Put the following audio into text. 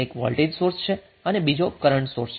એક voltage source છે અને બીજો કરન્ટ સોર્સ છે